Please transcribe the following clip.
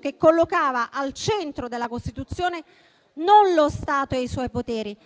che collocava al centro della Costituzione non lo Stato e i suoi poteri,